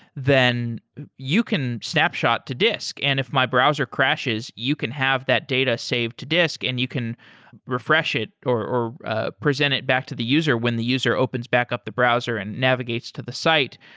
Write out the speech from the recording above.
then you can snapshot to disk, and if my browser crashes, you can have that data save to disk and you can refresh it or or ah present it back to the user when the user opens back up the browser and navigates to the site.